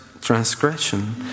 transgression